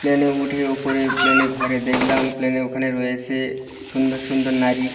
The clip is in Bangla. প্লেনে উঠে ওপরে প্লেনে ঘরে দেখলাম প্লেনে ওখানে রয়েছেে সুন্দর সুন্দর নারী